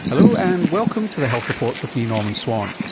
hello, and welcome to the health report with me, norman swan.